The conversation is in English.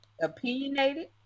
opinionated